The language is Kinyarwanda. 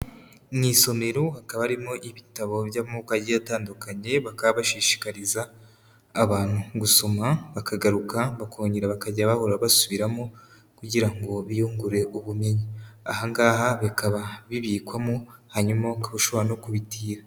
Mu isomero hakaba harimo ibitabo by'amoko agiye atandukanye, bakaba bashishikariza abantu gusoma, bakagaruka bakongera bakajya bahora basubiramo kugira ngo biyungure ubumenyi. Aha ngaha bikaba bibikwamo hanyuma ukaba ushobora no kubitira.